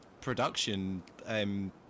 production